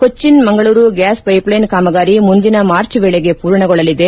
Cochin Mangaluru gas pipeline ಕಾಮಗಾರಿ ಮುಂದಿನ March ವೇಳೆಗೆ ಪೂರ್ಣಗೊಳ್ಳಲಿದೆ